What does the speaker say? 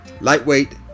lightweight